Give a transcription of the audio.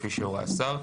כפי שהורה השר,